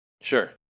Sure